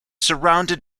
surrounded